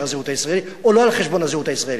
הזהות הישראלית או לא על חשבון הזהות הישראלית,